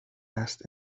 است